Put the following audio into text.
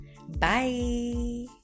Bye